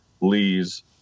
Lee's